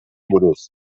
buruz